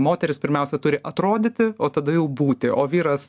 moteris pirmiausia turi atrodyti o tada jau būti o vyras